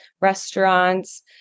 restaurants